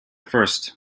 first